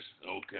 Okay